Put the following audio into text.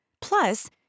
Plus